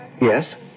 Yes